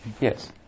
Yes